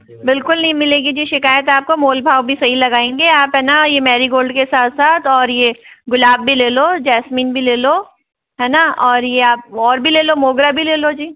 बिलकुल नहीं मिलेगी जी शिकायत आपको मोल भाव भी सही लगायेंगे आप है ना यह मैरीगोल्ड के साथ साथ और यह गुलाब भी लेलो जैस्मिन भी लेलो है न और ये आप और भी लेलो मोगरा भी लेलो जी